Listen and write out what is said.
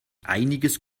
einiges